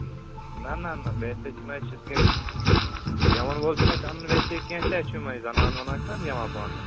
ٹھیٖک نہَ نہَ نہَ ویسے چھُنہٕ اَسہِ یِتھٕ کٔنۍ گٮ۪ون وول چھُنہٕ اَسہِ اَنُن ویسے کیٚنٛہہ تہٕ اَسہِ چھِ یِمَے زَنان ونان چھِناہ گٮ۪ون پانہٕ وٲنۍ